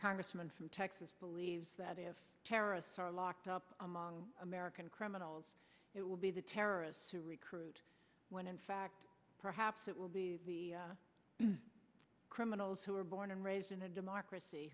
congressman from texas believes that if terrorists are locked up among american criminals it will be the terrorists to recruit when in fact perhaps it will be the criminals who are born and raised in a democracy